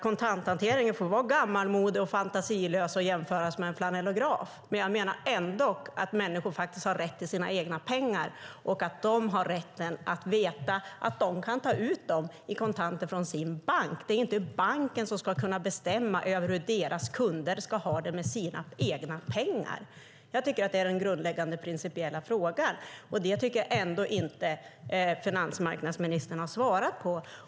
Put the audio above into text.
Kontanthantering må vara gammalmodig, fantasilös och jämföras med en flanellograf, men jag menar ändå att människor har rätt till sina egna pengar och att de har rätten att veta att de kan ta ut dem i kontanter från sin bank. Det är inte banken som ska kunna bestämma över hur deras kunder ska ha det med sina egna pengar. Jag tycker att det är den grundläggande principiella frågan, och den tycker jag inte att finansmarknadsministern har svarat på.